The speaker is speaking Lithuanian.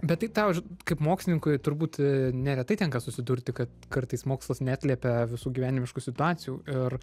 bet tai tau kaip mokslininkui turbūt neretai tenka susidurti kad kartais mokslas neatliepia visų gyvenimiškų situacijų ir